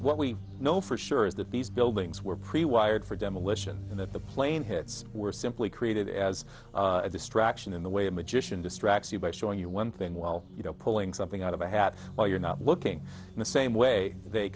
what we know for sure is that these buildings were pre wired for demolition and that the plane hits were simply created as a distraction in the way a magician distracts you by showing you one thing while you know pulling something out of a hat while you're not looking in the same way they